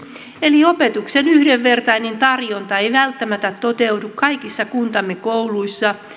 eli opetuksen yhdenvertainen tarjonta ei välttämättä toteudu kaikissa kunnissa ja kouluissa